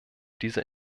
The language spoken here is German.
dieser